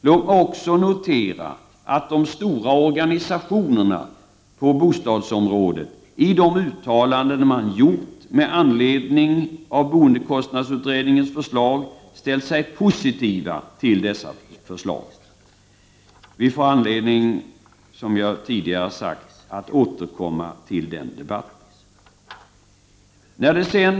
Låt mig också notera att de stora organisationerna på bostadsområdet, i de uttalanden som de har gjort med anledning av boendekostnadsutredningens förslag, ställt sig positiva till dessa förslag. Vi får som sagt anledning att återkomma till detta.